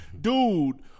dude